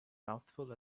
mouthful